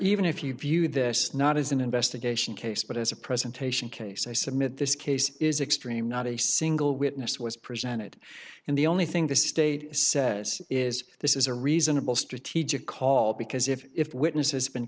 even if you view this not as an investigation case but as a presentation case i submit this case is extreme not a single witness was presented and the only thing the state says is this is a reasonable strategic call because if if witnesses been